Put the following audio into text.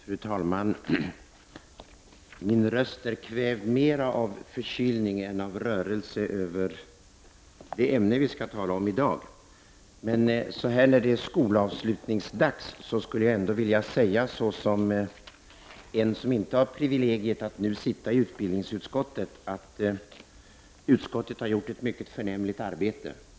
Fru talman! Min röst är kvävd mer av förkylning än av rörelse över det ämne vi skall tala om i dag. Så här när det är skolavslutningsdags skulle jag ändå, såsom en som inte har privilegiet att nu sitta i utbildningsutskottet, vilja säga att utskottet har gjort ett mycket förnämligt arbete.